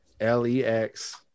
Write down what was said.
L-E-X